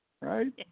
Right